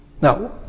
Now